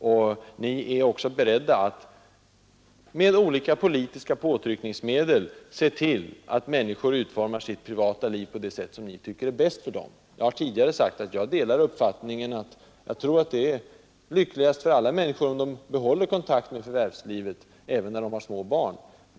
Och ni är också beredda att med olika politiska påtryckningsmedel se till att människorna utformar sitt privata liv på det sätt som ni tycker är bäst för dem. Som jag tidigare sagt tror jag också att det är lyckligast för alla människor, om de behåller kontakten med förvärvslivet även när de har små barn.